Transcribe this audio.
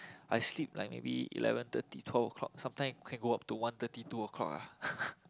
I sleep like maybe eleven thirty twelve o-clock sometime can go up to one thirty two o-clock ah